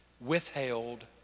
withheld